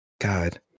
God